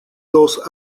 los